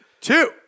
Two